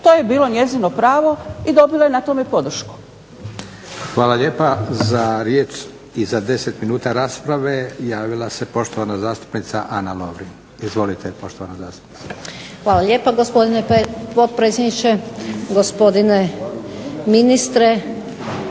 To je bilo njezino pravo i dobila je na tome podršku. **Leko, Josip (SDP)** Hvala lijepa. Za riječ i za 10 minuta rasprave javila se poštovana zastupnica Ana Lovrin. Izvolite poštovana zastupnice. **Lovrin, Ana (HDZ)** Hvala lijepa gospodine potpredsjedniče. Gospodine ministre.